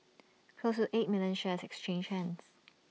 close to eight million shares exchanged hands